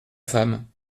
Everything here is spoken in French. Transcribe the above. femme